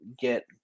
get